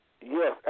yes